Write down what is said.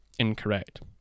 incorrect